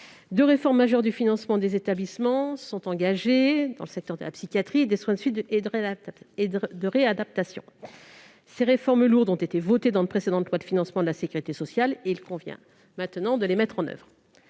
Deux réformes majeures du financement des établissements sont engagées, l'une dans le secteur de la psychiatrie, l'autre dans celui des soins de suite et de réadaptation. Ces réformes lourdes ont été votées dans de précédentes lois de financement de la sécurité sociale ; il convient désormais de les mettre en oeuvre.